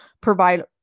provide